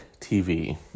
TV